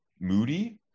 Moody